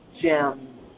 gem